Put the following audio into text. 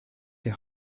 die